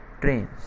trains